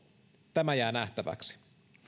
tämä jää nähtäväksi